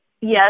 yes